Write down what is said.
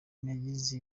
nagize